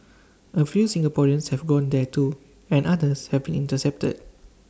A few Singaporeans have gone there too and others have been intercepted